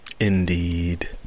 Indeed